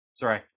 Sorry